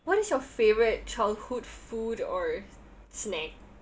what is your favourite childhood food or snack